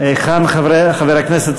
הוא הצעת חוק הכנסת